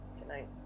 tonight